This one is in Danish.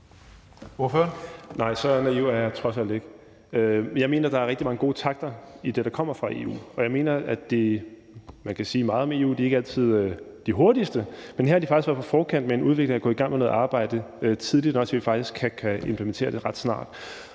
Nej, så naiv er jeg trods alt ikke. Jeg mener, at der er rigtig gode takter i det, der kommer fra EU. man kan sige meget om EU, i forhold til at de ikke er de hurtigste, men her har de faktisk været på forkant med en udvikling og er gået i gang med noget arbejde tidligt, og det vil sige, at vi faktisk kan implementere det ret snart.